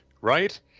right